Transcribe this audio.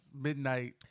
midnight